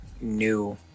new